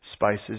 Spices